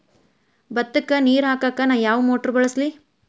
ಭತ್ತಕ್ಕ ನೇರ ಹಾಕಾಕ್ ನಾ ಯಾವ್ ಮೋಟರ್ ಬಳಸ್ಲಿ?